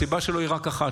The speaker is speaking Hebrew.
הסיבה שלו היא רק אחת,